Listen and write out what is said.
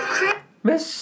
Christmas